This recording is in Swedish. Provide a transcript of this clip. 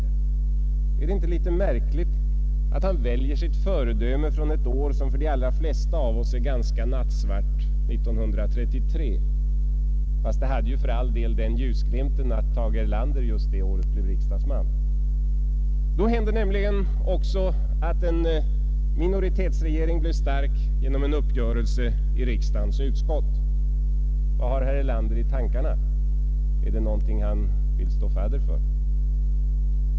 Är det inte litet märkligt att han väljer sitt föredöme från ett år som för de allra flesta av oss är ,ganska nattsvart — 1933 — fast det hade ju för all del den ljusglimten att Tage Erlander just det året blev riksdagsman. Då hände också att en minoritetsregering blev stark genom en uppgörelse i riksdagens utskott. Vad har herr Erlander nu i tankarna? Är det någonting han vill stå fadder för?